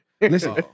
Listen